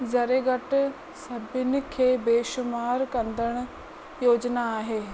ज़रे घटि सभिनि खे बेशुमार कंदड़ योजना आहे